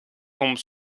tombe